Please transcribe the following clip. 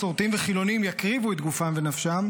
מסורתיים וחילונים יקריבו את גופם ונפשם,